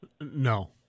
No